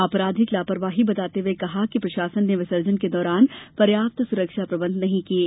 आपराधिक लापरवाही बताते हुये कहा है कि प्रशासन ने विसर्जन के दौरान पर्याप्त सुरक्षा प्रबंध नहीं किये